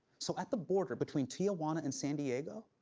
so at the border between tijuana and san diego,